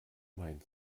mein